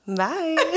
bye